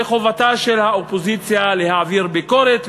וחובתה של האופוזיציה להעביר ביקורת,